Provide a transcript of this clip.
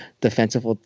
defensive